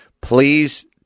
please